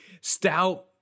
stout